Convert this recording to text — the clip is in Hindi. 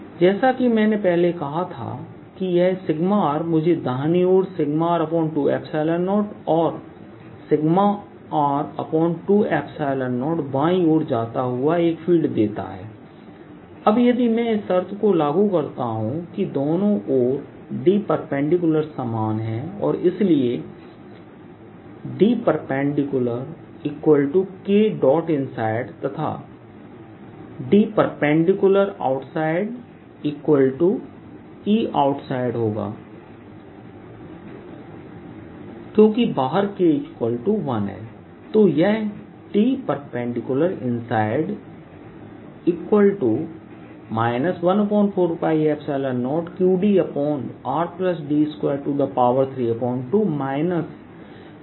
Eoutsideperpendicular14π0qr2d2dr2d214π0qdr2d232 जैसा कि मैंने पहले कहा था यह मुझे दाहिनी ओर 20और 20बाएं ओर जाता हुआ एक फील्ड देता है अब यदि मैं इस शर्त को लागू करता हूं कि दोनों ओर D समान है और इसलिए DperpinsideKEinside तथाDperpoutsideEoutsideहोगा क्योंकि बाहर K 1 है